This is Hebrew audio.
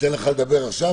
ניתן לך לדבר עכשיו,